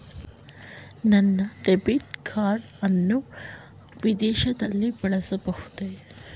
ನನ್ನ debit card ಅನ್ನು ವಿದೇಶದಲ್ಲಿ ಬಳಸಬಹುದೇ?